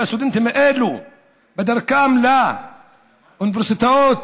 הסטודנטים האלה בדרכם לאוניברסיטאות,